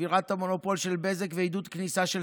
שבירת המונופול של בזק ועידוד כניסה של